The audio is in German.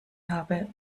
habe